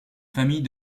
famille